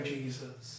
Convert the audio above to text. Jesus